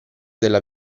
della